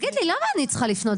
תגיד לי: למה אני צריך לפנות?